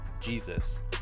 Jesus